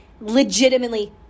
legitimately